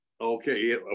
Okay